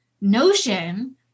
Notion